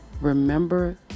remember